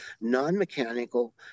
non-mechanical